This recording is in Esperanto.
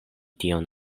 tion